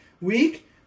week